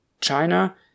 China